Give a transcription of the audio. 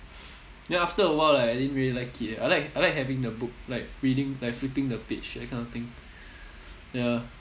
then after a while like I didn't really like it eh I like I like having the book like reading like flipping the page that kind of thing ya